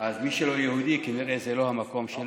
לא אמרתי "רק ליהודים".